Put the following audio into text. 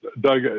Doug